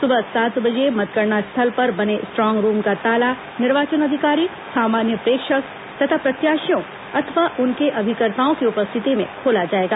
सुबह सात बजे मतगणना स्थल पर बने स्ट्रांग रूम का ताला निर्वाचन अधिकारी सामान्य प्रेक्षक तथा प्रत्याशियों अथवा उनके अभिकर्ताओं की उपस्थिति में खोला जाएगा